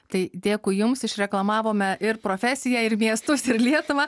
tai dėkui jums išreklamavome ir profesiją ir miestus ir lietuvą